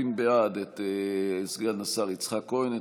בעד את סגן השר יצחק כהן,